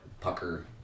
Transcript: pucker